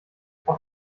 auf